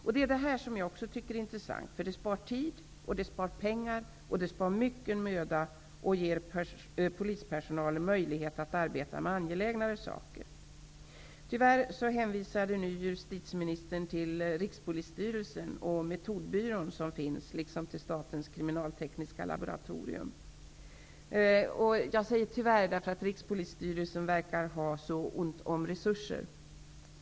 Också detta tycker jag är intressant. Man sparar ju tid och pengar men också mycken möda. Dessutom får polispersonalen möjligheter att arbeta med angelägnare saker. Rikspolisstyrelsen och den metodbyrå som finns. Hon hänvisar också till Statens kriminaltekniska laboratorium. Jag säger ''tyvärr'', eftersom Rikspolisstyrelsen verkar ha mycket ont om resurser.